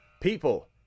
people